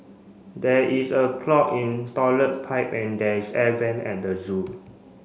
there is a clog in toilet pipe and there is air vent at the zoo